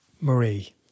Marie